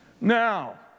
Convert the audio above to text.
Now